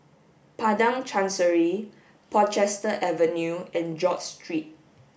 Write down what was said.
Padang Chancery Portchester Avenue and George Street